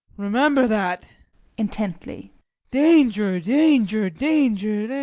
remember that intently danger, danger, danger,